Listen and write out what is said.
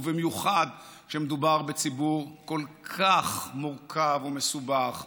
ובמיוחד כשמדובר בציבור כל כך מורכב ומסובך,